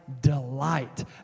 delight